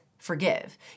forgive